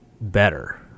better